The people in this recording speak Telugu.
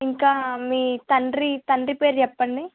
ఇంకా మీ తండ్రి తండ్రి పేరు చెప్పండి